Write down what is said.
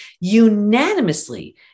Unanimously